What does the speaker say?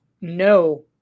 no